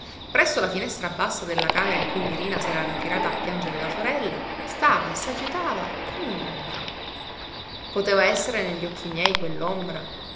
presso la finestra bassa della camera in cui mirina s'era ritirata a piangere la sorella stava e s'agitava come un'ombra poteva essere negli occhi miei